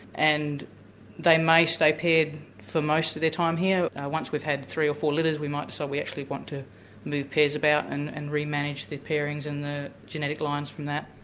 and they may stay paired for most of their time here. once we've had three or four litters, we might so actually want to move pairs about and and re-manage the pairings and the genetic lines from that.